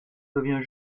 devient